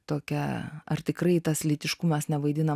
tokią ar tikrai tas lytiškumas nevaidina